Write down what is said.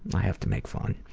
i have to make fun.